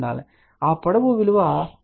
కాబట్టి ఆ పొడవు విలువ 0